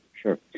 sure